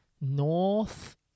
North